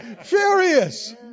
furious